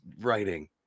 writing